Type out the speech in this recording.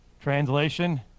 Translation